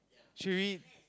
she already